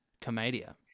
commedia